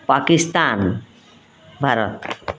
Pakistan Bharat